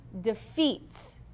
Defeats